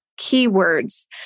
keywords